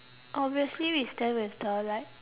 obviously we stand with the like